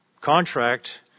contract